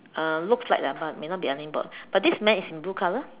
uh looks like lah but may not be ironing board but this man is in blue color